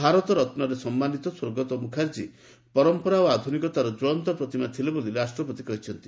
ଭାରତ ରତ୍ନରେ ସମ୍ମାନିତ ସ୍ୱର୍ଗତ ମୁଖାର୍ଜୀ ପରମ୍ପରା ଓ ଆଧୁନିକତାର ଜ୍ୱଳନ୍ତ ପ୍ରତିମା ଥିଲେ ବୋଲି ରାଷ୍ଟ୍ରପତି କହିଛନ୍ତି